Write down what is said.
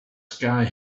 sky